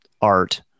art